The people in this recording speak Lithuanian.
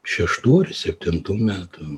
šeštų ar septintų metų